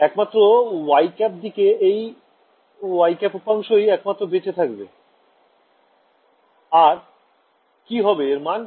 একমাত্র yˆ দিকে এই yˆ উপাংশই একমাত্র বেচে থাকবে আর কি হবে এর মান